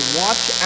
watch